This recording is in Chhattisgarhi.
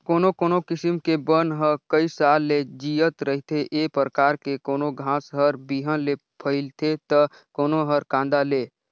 कोनो कोनो किसम के बन ह कइ साल ले जियत रहिथे, ए परकार के कोनो घास हर बिहन ले फइलथे त कोनो हर कांदा ले